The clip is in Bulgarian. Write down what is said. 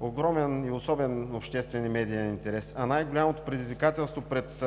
огромен и особен обществен и медиен интерес, а най-голямото предизвикателство пред